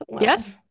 Yes